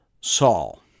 Saul